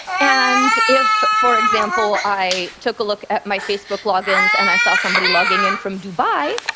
and if for example, i took a look at my facebook logins and i saw somebody logging in from dubai,